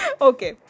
Okay